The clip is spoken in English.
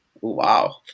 Wow